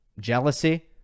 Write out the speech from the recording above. jealousy